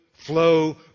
Flow